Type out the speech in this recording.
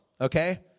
okay